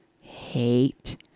Hate